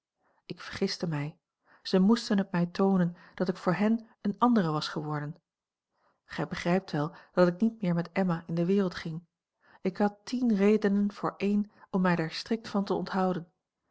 ik vergiste mij zij moesten het mij toonen dat ik voor hen eene andere was geworden gij begrijpt wel dat ik niet meer met emma in de wereld ging ik had tien redenen voor een om mij daar strikt van te onthouden